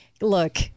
Look